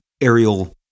aerial